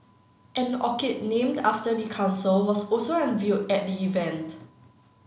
an orchid named after the council was also unveiled at the event